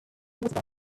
water